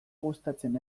gustatzen